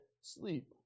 sleep